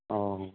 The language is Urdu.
اوہو